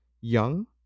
young